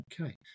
Okay